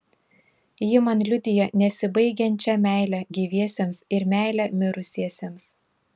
ji man liudija nesibaigiančią meilę gyviesiems ir meilę mirusiesiems